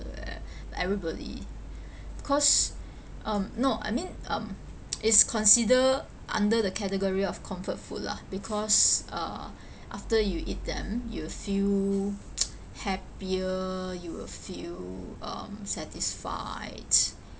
by everybody because um no I mean um it's consider under the category of comfort food lah because uh after you eat them you will feel happier you will feel um satisfied